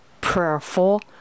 prayerful